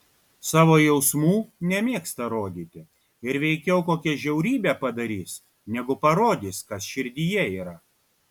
savo jausmų nemėgsta rodyti ir veikiau kokią žiaurybę padarys negu parodys kas širdyje yra